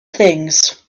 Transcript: things